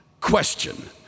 question